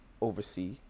oversee